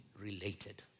related